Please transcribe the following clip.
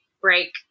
break